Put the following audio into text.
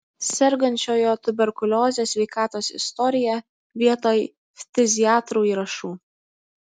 sergančiojo tuberkulioze sveikatos istoriją vietoj ftiziatrų įrašų